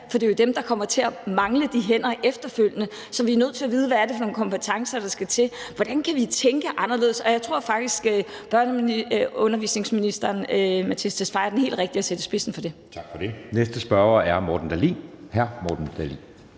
for det er jo dem, der kommer til at mangle de hænder efterfølgende. Så vi er nødt til at vide, hvad det er for kompetencer, der skal til, og hvordan vi kan tænke anderledes. Jeg tror faktisk, at undervisningsministeren er den helt rigtige at sætte i spidsen for det. Kl. 13:03 Anden næstformand (Jeppe Søe): Tak for det.